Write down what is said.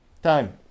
time